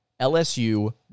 LSU